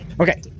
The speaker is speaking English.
Okay